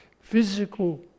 physical